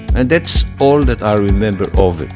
and that's all that i remember of it